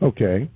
Okay